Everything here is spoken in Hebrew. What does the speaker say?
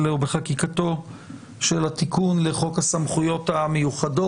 בחקיקתו של התיקון לחוק הסמכויות המיוחדות.